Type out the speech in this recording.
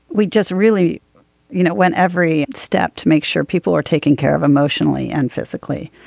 we just really you know went every step to make sure people were taking care of emotionally and physically.